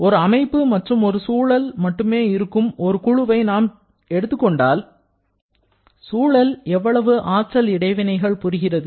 ஒரு அமைப்பு மற்றும் ஒரு சூழல் மட்டுமே இருக்கும் ஒரு குழுவை நாம் எடுத்துக் கொண்டால் சூழல் எவ்வளவு ஆற்றல் இடைவினைகள் புரிகிறது